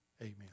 Amen